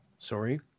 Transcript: Sorry